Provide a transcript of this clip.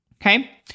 Okay